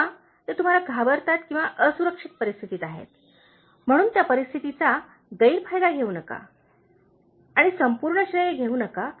किंवा ते तुम्हाला घाबरतात किंवा असुरक्षित परिस्थितीत आहेत म्हणून त्या परिस्थितीचा गैरफायदा घेऊ नका आणि संपूर्ण श्रेय घेऊ नका